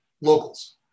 locals